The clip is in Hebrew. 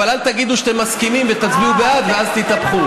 אבל אל תגידו שאתם מסכימים ותצביעו בעד ואז תתהפכו.